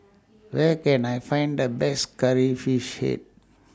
Where Can I Find The Best Curry Fish Head